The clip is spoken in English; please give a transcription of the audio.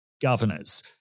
governors